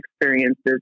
experiences